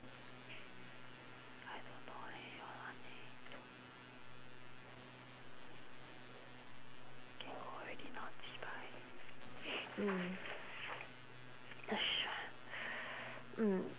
can go already not chee bai ya sh~ mm